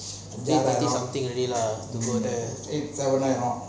three thirty something lah to go there